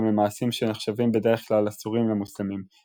למעשים שנחשבים בדרך כלל אסורים למוסלמים,